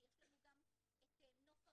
כי יש לנו גם את ,נוף הרים'